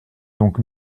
donc